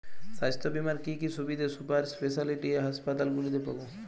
স্বাস্থ্য বীমার কি কি সুবিধে সুপার স্পেশালিটি হাসপাতালগুলিতে পাব?